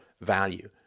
value